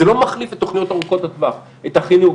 זה לא מחליף את התוכניות ארוכות הטווח את החינוך,